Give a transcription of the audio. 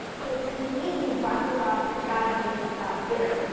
so to me broccoli rabe has got to be bitter,